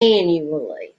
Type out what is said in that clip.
annually